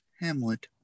Hamlet